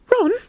Ron